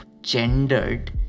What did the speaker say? gendered